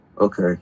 Okay